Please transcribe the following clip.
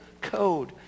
code